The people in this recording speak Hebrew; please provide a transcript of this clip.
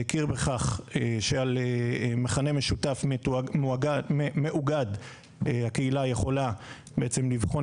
הכיר בכך שעל מכנה משותף מאוגד הקהילה יכולה לבחון